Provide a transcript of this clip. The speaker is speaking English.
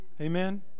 Amen